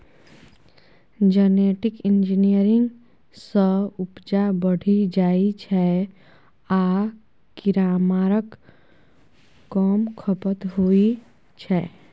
genetic engineering सँ उपजा बढ़ि जाइ छै आ कीरामारक कम खपत होइ छै